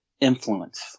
influence